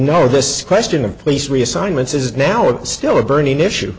know this question of police reassignments is now is still a burning issue